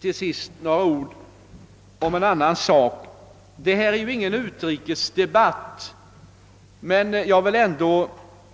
Till sist några ord om en annan sak. Detta är inte någon utrikesdebatt, men jag vill ändå